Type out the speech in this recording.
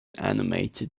animated